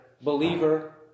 Believer